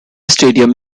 stadium